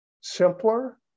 Simpler